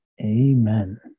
amen